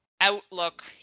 outlook